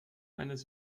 eines